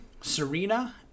Serena